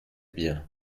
bien